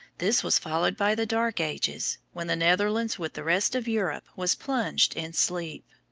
this was followed by the dark ages, when the netherlands with the rest of europe was plunged in sleep.